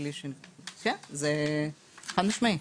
זה חד משמעי.